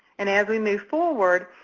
and as we move forward,